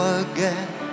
again